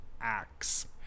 acts